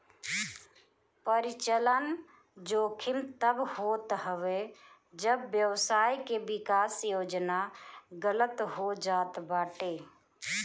परिचलन जोखिम तब होत हवे जब व्यवसाय के विकास योजना गलत हो जात बाटे